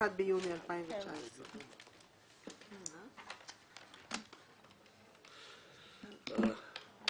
ב-1 ביוני 2019. יש פה